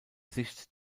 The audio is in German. sicht